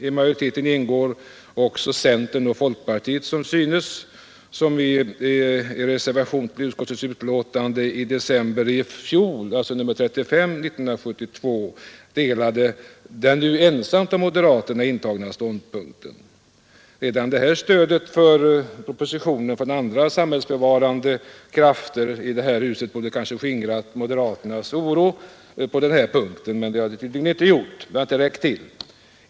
I majoriteten ingår som synes också centerns och folkpartiets representanter, som i reservation vid utskottets betänkande nr 35 i december i fjol anslöt sig till den nu av moderaterna ensamma intagna ståndpunkten. Redan det stödet för propositionen från andra samhällsbevarande krafter i det här huset borde kanske ha skingrat moderaternas oro på denna punkt, men det har det tydligen inte gjort. Det har inte räckt till.